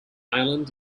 island